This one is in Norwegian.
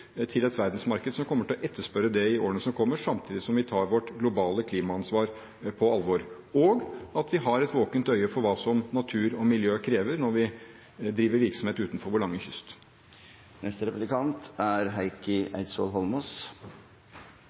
til et verdensmarked som kommer til å etterspørre det i årene som kommer, samtidig som vi tar vårt globale klimaansvar på alvor, og at vi har et våkent øye for hva natur og miljø krever når vi driver virksomhet utenfor vår lange kyst.